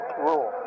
rule